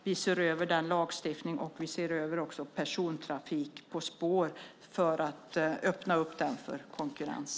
Vi ser över denna lagstiftning, och vi ser också över persontrafiken på spår för att öppna den för konkurrens.